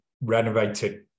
renovated